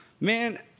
man